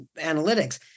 analytics